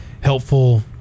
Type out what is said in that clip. helpful